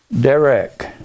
Direct